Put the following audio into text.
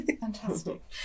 Fantastic